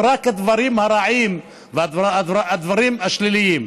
רק את הדברים הרעים והדברים השליליים.